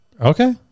Okay